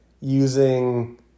using